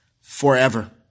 Forever